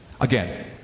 Again